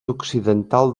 occidental